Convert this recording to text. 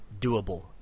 doable